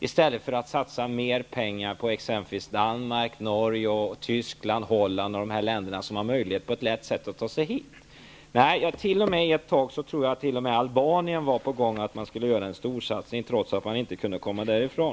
I stället kunde vi ha satsat mer pengar på Danmark, Norge, Tyskland, Holland och andra länder, där människorna har möjlighet att ta sig till Sverige på ett lätt sätt. Ett tag tror jag t.o.m. att det var på gång att man skulle göra en stor satsning på Albanien, trots att det inte gick att komma därifrån.